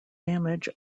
damage